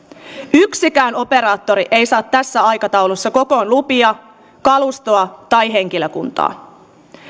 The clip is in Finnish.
yksikään operaattori ei saa tässä aikataulussa kokoon lupia kalustoa tai henkilökuntaa